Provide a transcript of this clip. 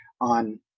on